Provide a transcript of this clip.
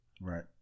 Right